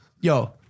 Yo